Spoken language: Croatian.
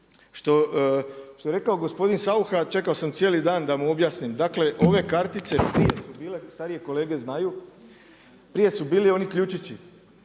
Što je rekao gospodin Saucha, čekao sam cijeli dan da mu objasnim, dakle ove kartice, prije su bile, starije kolege znaju, prije su bili oni ključići.